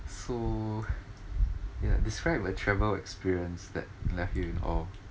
so ya describe a travel experience that left you in awe